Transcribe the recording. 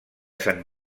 sant